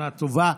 שנה טובה.